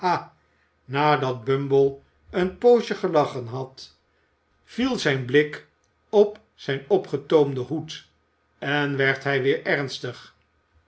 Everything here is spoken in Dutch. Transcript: nadat bumble een poosje gelachen had viel zijn blik op zijn opgetoomden hoed en werd hij weer ernstig